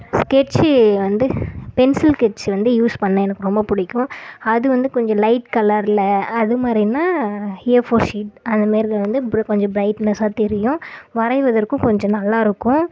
ஸ்கெட்ச்சி வந்து பென்சில் கெட்ச்சி வந்து யூஸ் பண்ண எனக்கு ரொம்ப பிடிக்கும் அது வந்து கொஞ்சம் லைட் கலரில் அது மாதிரினா ஏ ஃபோர் ஷீட் அது மாரில வந்து கொஞ்சம் பிரைட்னெஸாக தெரியும் வரைவதற்கும் கொஞ்சம் நல்லாயிருக்கும்